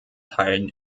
teilen